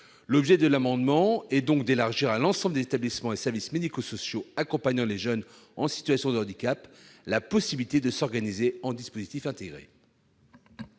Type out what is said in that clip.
Cet amendement tend à élargir à l'ensemble des établissements et services médico-sociaux accompagnant les jeunes en situation de handicap la possibilité de s'organiser en « dispositif intégré